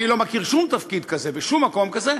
אני לא מכיר שום תפקיד כזה ושום מקום כזה,